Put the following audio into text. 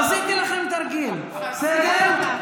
עשיתי לכם תרגיל, בסדר?